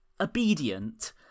Obedient